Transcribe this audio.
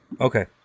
Okay